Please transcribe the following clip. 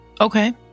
okay